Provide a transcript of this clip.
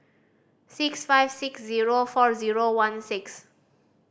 six five six zero four zero one six